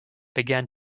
began